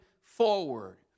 forward